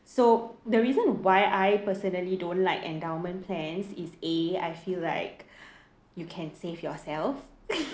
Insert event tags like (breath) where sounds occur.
so the reason why I personally don't like endowment plans is a I feel like (breath) you can save yourself (laughs)